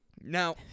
Now